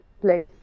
place